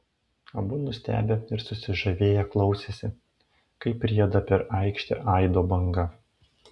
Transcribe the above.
abu nustebę ir susižavėję klausėsi kaip rieda per aikštę aido banga